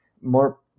more